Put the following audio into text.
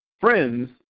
friends